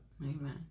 Amen